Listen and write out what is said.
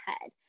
head